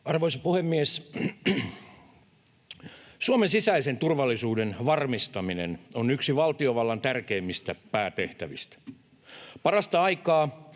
Arvoisa puhemies! Suomen sisäisen turvallisuuden varmistaminen on yksi valtiovallan tärkeimmistä päätehtävistä. Parasta aikaa